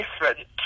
different